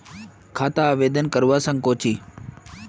खाता आवेदन करवा संकोची?